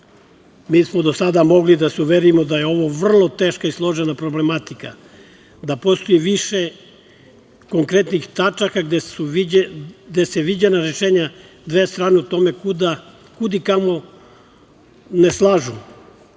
smo do sada mogli da se uverimo da je ovo vrlo teška i složena problematika, da postoji više konkretnih tačaka gde su viđena rešenja dve strane o tome kud i kamo ne slažu